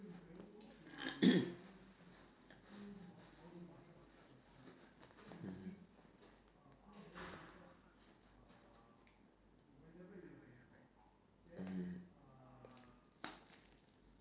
mmhmm mm